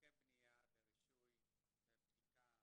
הליכי בנייה, רישוי ובדיקה.